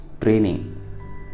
training